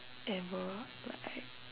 ever like I